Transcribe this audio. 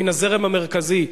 מן הזרם המרכזי.